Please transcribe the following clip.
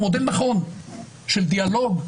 הוא מודל נכון של דיאלוג,